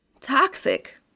toxic